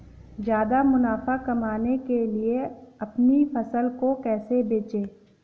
ज्यादा मुनाफा कमाने के लिए अपनी फसल को कैसे बेचें?